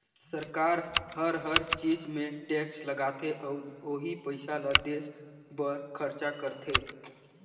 सरकार हर हर चीच मे टेक्स लगाथे अउ ओही पइसा ल देस बर खरचा करथे